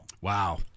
Wow